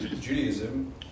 Judaism